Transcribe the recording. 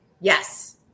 Yes